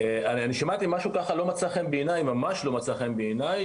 אני שמעתי ככה שהוא ממש לא מצא חן בעיניי,